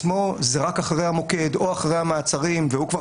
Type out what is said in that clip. זה רק אחרי המוקד או אחרי המעצרים כאשר הוא כבר